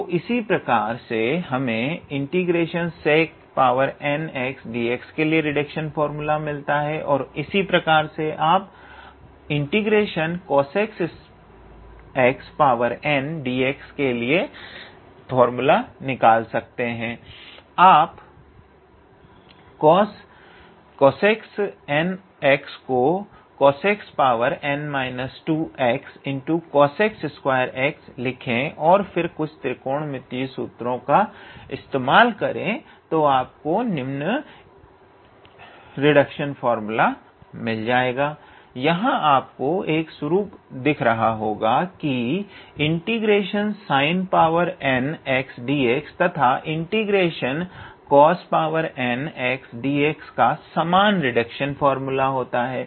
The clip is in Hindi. तो इसी प्रकार से हमें ∫𝑠𝑒𝑐𝑛𝑥𝑑𝑥 के लिए रिडक्शन फार्मूला मिलता है और इसी प्रकार से आप ∫𝑐𝑜𝑠𝑒𝑐𝑛𝑥𝑑𝑥 के लिए रिडक्शन फार्मूला निकाल सकते हैं आप 𝑐𝑜𝑠𝑒𝑐𝑛𝑥 को 𝑐𝑜𝑠𝑒𝑐𝑛−2𝑥𝑐𝑜𝑠𝑒𝑐2x लिखें और फिर कुछ त्रिकोणमितीय सूत्र इस्तेमाल करके आपको मिलेगा यहां आपको एक स्वरूप दिख रहा होगा की ∫𝑠𝑖𝑛𝑛𝑥𝑑𝑥 तथा ∫𝑐𝑜𝑠𝑛𝑥𝑑𝑥 का समान रिडक्शन फार्मूला होता है